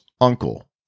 uncle